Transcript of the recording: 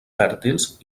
fèrtils